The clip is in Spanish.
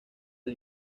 del